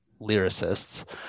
lyricists